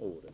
åren.